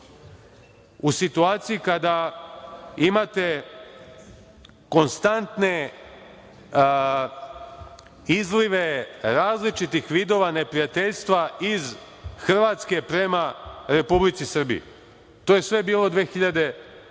U situaciji kada imate konstantne izlive različitih vidova neprijateljstva iz Hrvatske prema Republici Srbiji. To je sve bilo 2009.